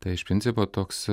tai iš principo toks